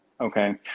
Okay